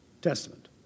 Testament